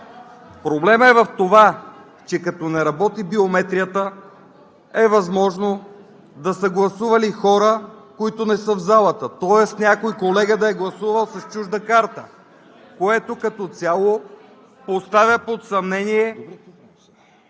Проблемът е в това, че като не работи биометрията, е възможно да са гласували хора, които не са в залата, тоест някой колега да е гласувал с чужда карта, което като цяло поставя под съмнение